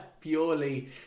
Purely